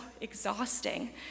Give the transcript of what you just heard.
exhausting